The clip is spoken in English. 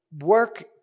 work